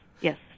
yes